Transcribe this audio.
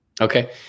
Okay